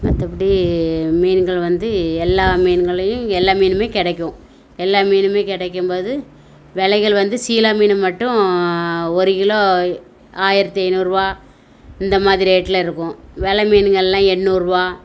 மற்றபடி மீன்கள் வந்து எல்லா மீன்களையும் எல்லா மீனுமே கிடைக்கும் எல்லா மீனுமே கிடைக்கும் போது விலைகள் வந்து சீலா மீன் மட்டும் ஒரு கிலோ ஆயிரத்தி ஐந்நூறுரூவா இந்த மாதிரி ரேட்டில் இருக்கும் வெலை மீனுங்கெல்லாம் எண்ணூறுரூவா